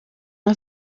nka